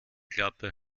klappe